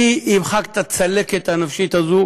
מי ימחק את הצלקת הנפשית הזאת